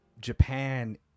Japan